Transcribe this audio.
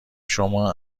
شما